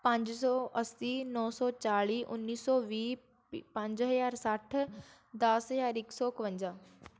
ਪੰਜ ਸੌ ਅੱਸੀ ਨੌ ਸੌ ਚਾਲੀ ਉੱਨੀ ਸੌ ਵੀਹ ਪੰਜ ਹਜ਼ਾਰ ਸੱਠ ਦਸ ਹਜ਼ਾਰ ਇੱਕ ਸੌ ਇਕਵੰਜਾ